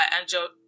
angel